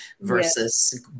versus